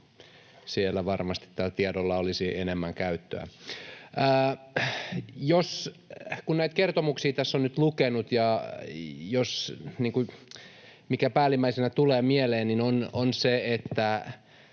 Siellä varmasti tälle tiedolle olisi enemmän käyttöä. Kun näitä kertomuksia tässä on nyt lukenut, niin se, mikä päällimmäisenä tulee mieleen, on se ero,